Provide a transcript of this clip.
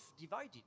divided